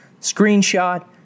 Screenshot